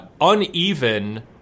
uneven